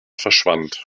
verschwand